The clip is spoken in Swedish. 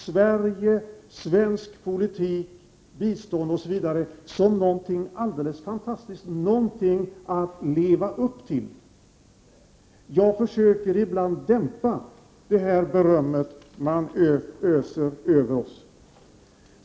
Sverige, svensk politik och bistånd osv. framstår tvärtom som något alldeles fantastiskt, som någonting att leva upp till. Jag försöker ibland att dämpa det beröm man öser över oss.